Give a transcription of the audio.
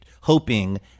hoping